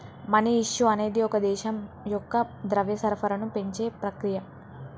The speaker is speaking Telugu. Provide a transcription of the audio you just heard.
మనీ ఇష్యూ అనేది ఒక దేశం యొక్క ద్రవ్య సరఫరాను పెంచే ప్రక్రియ